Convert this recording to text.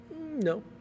No